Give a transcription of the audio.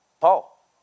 Paul